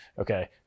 Okay